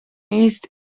ist